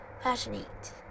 Passionate